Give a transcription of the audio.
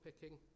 picking